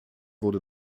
wurde